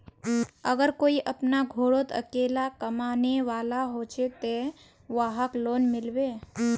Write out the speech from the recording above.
अगर कोई अपना घोरोत अकेला कमाने वाला होचे ते वहाक लोन मिलबे?